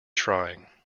trying